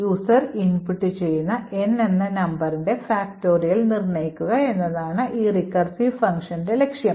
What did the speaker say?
user input ചെയ്യുന്ന N എന്ന നമ്പറിന്റെ ഫാക്റ്റോറിയൽ നിർണ്ണയിക്കുക എന്നതാണ് ഈ recursive functionന്റെ ലക്ഷ്യം